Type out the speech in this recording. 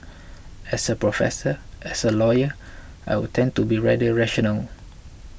as a professor as a lawyer I would tend to be rather rational